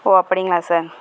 ஓ அப்படிங்களா சார்